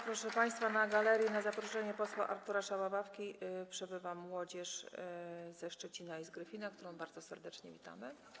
Proszę państwa, na galerii na zaproszenie posła Artura Szałabawki przebywa młodzież ze Szczecina i z Gryfina, którą bardzo serdecznie witamy.